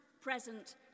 present